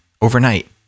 overnight